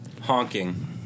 Honking